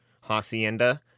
hacienda